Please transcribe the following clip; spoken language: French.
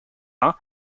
ans